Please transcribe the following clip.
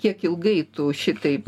kiek ilgai tu šitaip